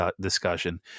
discussion